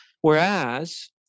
Whereas